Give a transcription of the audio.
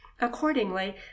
Accordingly